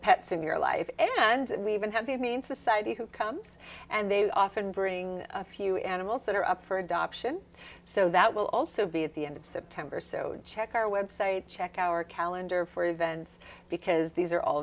pets in your life and we even have the i mean society who comes and they often bring a few animals that are up for adoption so that will also be at the end of september so our website check our calendar for events because these are all